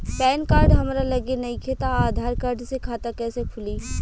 Pan card हमरा लगे नईखे त आधार कार्ड से खाता कैसे खुली?